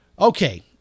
Okay